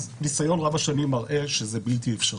ניסיון רב השנים מראה שזה בלתי אפשרי.